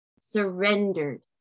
Surrendered